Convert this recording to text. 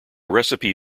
recipe